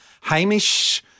Hamish